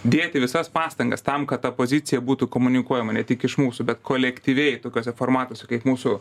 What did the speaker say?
dėti visas pastangas tam kad ta pozicija būtų komunikuojama ne tik iš mūsų bet kolektyviai tokiuose formatuose kaip mūsų